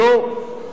לא,